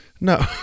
No